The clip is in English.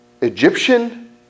Egyptian